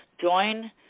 Join